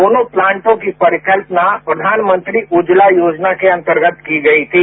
दोनों प्लांटों की परिकल्पना प्रधानमंत्री उज्ज्वला योजना के अंतर्गत की गई थी